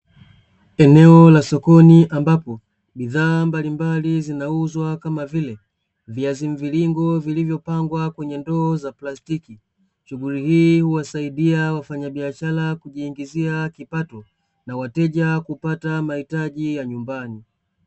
Eneo la sokoni ambapo, bidhaa mbalimbali zinauzwa kama vile, viazi mviringo vilivyopangwa kwenye ndoo za plastiki, shughuli hii huwasaidia wafanyabiashara kujiingizia kipato, na wateja kupata mahitaji ya nyumbani.